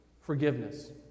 forgiveness